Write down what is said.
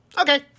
Okay